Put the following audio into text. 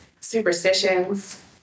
superstitions